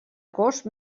gos